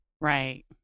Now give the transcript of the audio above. Right